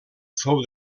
fou